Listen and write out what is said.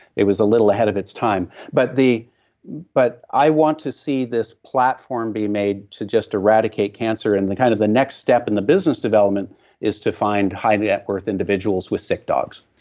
it was a little ahead of its time, but but i want to see this platform be made to just eradicate cancer and the kind of the next step in the business development is to find high net worth individuals with sick dogs,